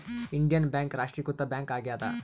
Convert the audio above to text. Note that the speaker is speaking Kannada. ಇಂಡಿಯನ್ ಬ್ಯಾಂಕ್ ರಾಷ್ಟ್ರೀಕೃತ ಬ್ಯಾಂಕ್ ಆಗ್ಯಾದ